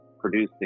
producing